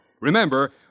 Remember